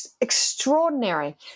extraordinary